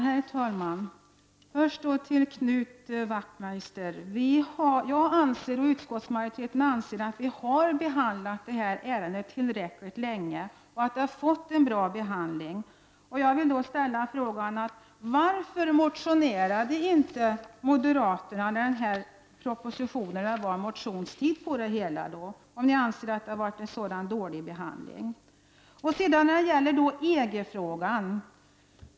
Herr talman! Först vill jag säga till Knut Wachtmeister att jag och utskottsmajoriteten anser att vi har behandlat detta ärende tillräckligt länge. Det har fått en bra behandling. Jag vill fråga: Varför motionerade inte moderaterna under motionstiden för denna proposition, om ni anser att behandlingen var så dålig?